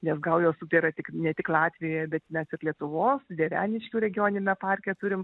nes gaujos upė yra tik ne tik latvijoje bet net ir lietuvos dieveniškių regioniniame parke turim